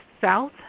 south